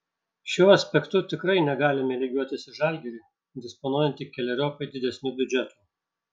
šiuo aspektu tikrai negalime lygiuotis į žalgirį disponuojantį keleriopai didesniu biudžetu